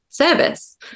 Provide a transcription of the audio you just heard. Service